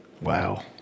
Wow